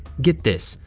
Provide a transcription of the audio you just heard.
get this,